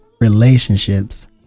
relationships